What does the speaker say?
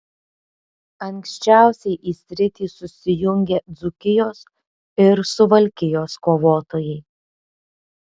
anksčiausiai į sritį susijungė dzūkijos ir suvalkijos kovotojai